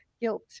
guilt